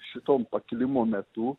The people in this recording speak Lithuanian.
šito pakilimo metu